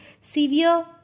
severe